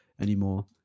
anymore